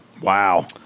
Wow